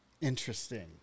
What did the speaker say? Interesting